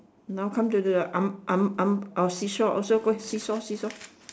now come to the I'm I'm I'm or see-saw also got see-saw see-saw